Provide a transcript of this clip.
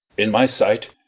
in my sight?